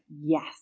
yes